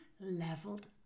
leveled